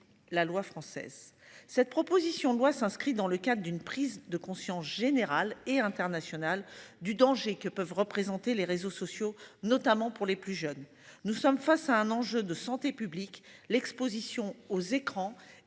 La loi française. Cette proposition de loi s'inscrit dans le cadre d'une prise de conscience générale et international du danger que peuvent représenter les réseaux sociaux, notamment pour les plus jeunes. Nous sommes face à un enjeu de santé publique, l'Exposition aux écrans